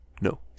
No